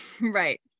right